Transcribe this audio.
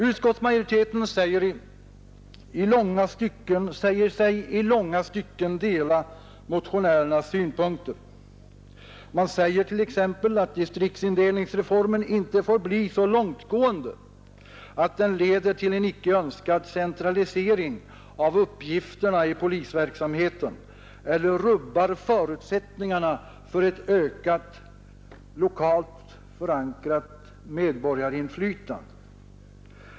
Utskottsmajoriteten säger sig i långa stycken dela motionärernas synpunkter. Man säger t.ex. att distriktsindelningsreformen inte får bli så långtgående att den leder till en icke önskad centralisering av uppgifterna i polisverksamheten eller rubbar förutsättningarna för ett ökat, lokalt förankrat medborgarinflytande.